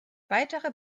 weitere